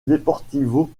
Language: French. deportivo